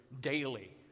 daily